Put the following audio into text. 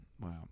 wow